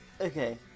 Okay